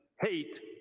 hate